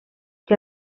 que